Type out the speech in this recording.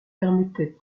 permettait